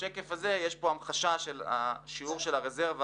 בשקף הבא יש המחשה של שיעור הרזרבה